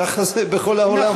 ככה זה בכל העולם.